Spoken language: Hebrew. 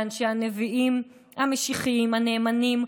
לאנשי הנביאים המשיחיים הנאמנים,